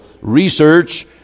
research